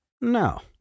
No